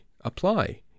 apply